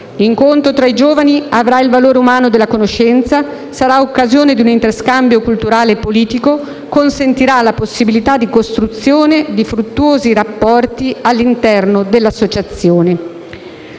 «L'incontro tra i giovani avrà il valore umano della conoscenza, sarà occasione di un interscambio culturale e politico, consentirà la possibilità di costruzione di fruttuosi rapporti all'interno dell'associazione».